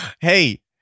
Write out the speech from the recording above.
Hey